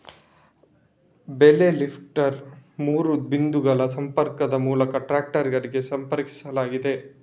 bale lifter ಮೂರು ಬಿಂದುಗಳ ಸಂಪರ್ಕದ ಮೂಲಕ ಟ್ರಾಕ್ಟರಿಗೆ ಸಂಪರ್ಕಿಸಲಾಗಿದೆ